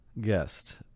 guest